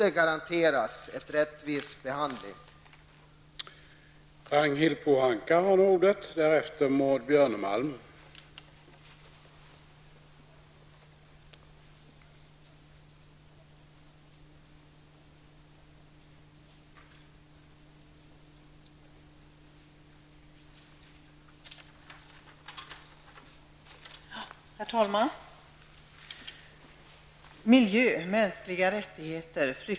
De är ingen akt i en ärendemapp.